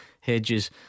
Hedges